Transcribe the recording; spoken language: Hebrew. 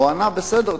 והוא ענה: בסדר,